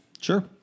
Sure